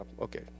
okay